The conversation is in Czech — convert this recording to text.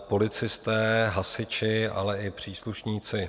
Policisté, hasiči, ale i příslušníci